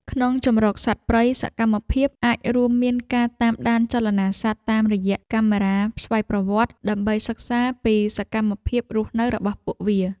ក្នុងជម្រកសត្វព្រៃ សកម្មភាពអាចរួមមានការតាមដានចលនាសត្វតាមរយៈកាមេរ៉ាស្វ័យប្រវត្តិ ដើម្បីសិក្សាពីសកម្មភាពរស់នៅរបស់ពួកវា។